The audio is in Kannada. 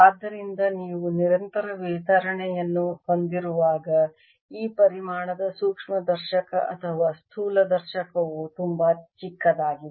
ಆದ್ದರಿಂದ ನೀವು ನಿರಂತರ ವಿತರಣೆಯನ್ನು ಹೊಂದಿರುವಾಗ ಈ ಪರಿಮಾಣದ ಸೂಕ್ಷ್ಮದರ್ಶಕ ಅಥವಾ ಸ್ಥೂಲದರ್ಶಕವು ತುಂಬಾ ಚಿಕ್ಕದಾಗಿದೆ